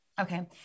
Okay